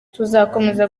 tuzakomeza